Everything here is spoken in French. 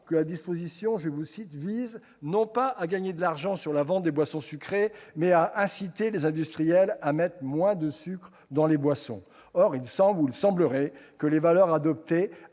que la disposition « vise non pas à gagner de l'argent sur la vente des boissons sucrées, mais à inciter les industriels à mettre moins de sucre dans les boissons ». Or il semble que les valeurs adoptées